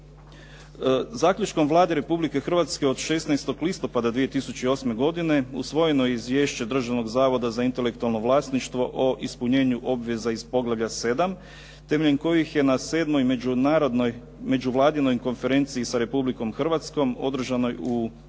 Zaključkom Vlade Republike Hrvatske od 16. listopada 2008. godine usvojeno je Izvješće Državnog zavoda za intelektualno vlasništvo o ispunjenju obveza iz poglavlja 7. temeljem kojih je na sedmoj Međunarodnoj međuvladinoj konferenciji sa Republikom Hrvatskom održanoj u prosincu